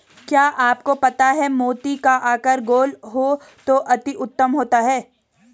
क्या आपको पता है मोती का आकार गोल हो तो अति उत्तम होता है